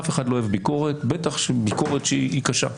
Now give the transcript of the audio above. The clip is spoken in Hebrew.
אף אחד לא אוהב ביקורת, בטח ביקורת שהיא קשה.